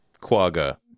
quagga